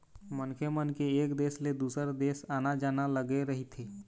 मनखे मन के एक देश ले दुसर देश आना जाना लगे रहिथे